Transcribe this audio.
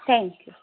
thank you